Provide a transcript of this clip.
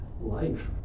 life